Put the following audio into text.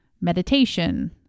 meditation